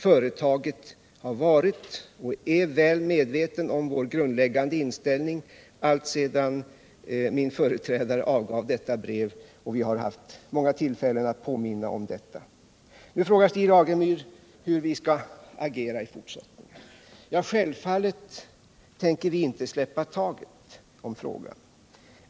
Företaget har varit väl medvetet om vår grundläggande inställning alltsedan min företrädare skrev detta brev, och vi har vid många tillfällen påmint om detta. Nu frågar Stig Alemyr hur vi skall agera i fortsättningen. Självfallet tänker vi inte släppa taget om frågan.